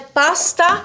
pasta